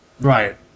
right